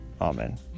Amen